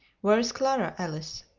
where is clara, alice?